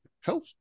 Health